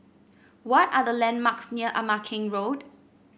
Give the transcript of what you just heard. what are the landmarks near Ama Keng Road